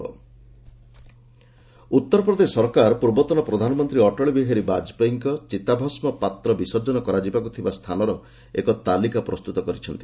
ବାଜପେୟୀ ଆସେସ୍ ଉତ୍ତରପ୍ରଦେଶ ସରକାର ପୂର୍ବତନ ପ୍ରଧାନମନ୍ତ୍ରୀ ଅଟଳ ବିହାରୀ ବାଜପେୟୀଙ୍କ ଚିତାଭସ୍କ ପାତ୍ର ବିସର୍ଜନ କରାଯିବ ସେହିସବୁ ସ୍ଥାନର ଏକ ତାଲିକା ପ୍ରସ୍ତୁତ କରିଛନ୍ତି